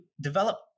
develop